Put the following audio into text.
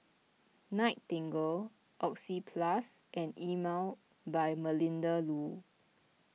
Nightingale Oxyplus and Emel by Melinda Looi